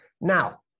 Now